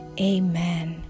Amen